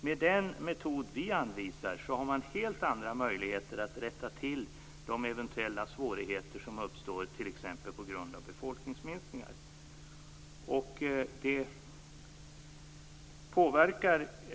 Med den metod vi anvisar har man helt andra möjligheter att rätta till de eventuella svårigheter som uppstår, t.ex. på grund av befolkningsminskningar.